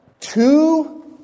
Two